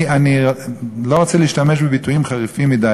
אני לא רוצה להשתמש בביטויים חריפים מדי,